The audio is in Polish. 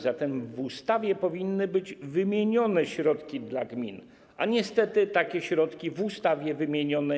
Zatem w ustawie powinny być wymienione środki dla gmin, a niestety takie środki w ustawie nie są wymienione.